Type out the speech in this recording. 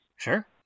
Sure